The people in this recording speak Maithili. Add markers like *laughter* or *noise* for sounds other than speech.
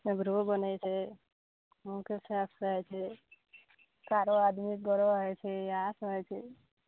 आइब्रो बनै छै *unintelligible* छै कारऽ आदमी गोरऽ होइ छै इएहसब होइ छै